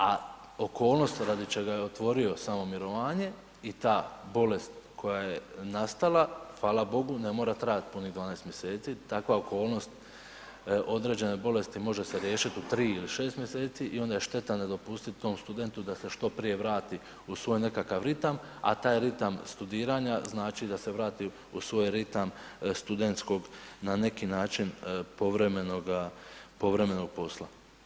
A okolnosti radi čega je otvorio samo mirovanje i taj bolest koja je nastala, hvala bogu, ne mora trajat punih 12 mj., takva okolnost određene bolesti može se riješiti u 3 ili 6 mj. i onda je šteta ne dopustiti tom studentu da se što prije vrati u svoj nekakav ritam a taj ritam studiranja znači da se vrati u svoj ritam studentskog na način povremenoga posla.